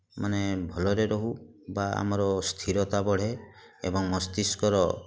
ମାନେ ଭଲରେ ରହୁ ବା ଆମର ସ୍ଥିରତା ବଢ଼େ ଏବଂ ମସ୍ତିଷ୍କର